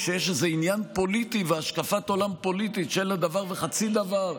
כשיש איזה עניין פוליטי והשקפת עולם פוליטית שאין לה דבר וחצי דבר,